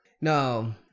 No